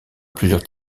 plusieurs